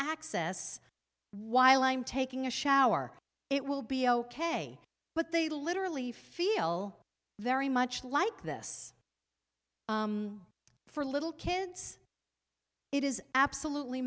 access while i'm taking a shower it will be ok but they literally feel very much like this for little kids it is absolutely